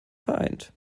vereint